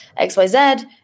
XYZ